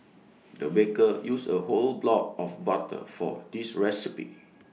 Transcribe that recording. the baker used A whole block of butter for this recipe